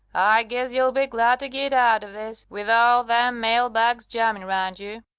i guess you'll be glad to git out of this, with all them mail bags jamming round you.